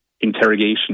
interrogation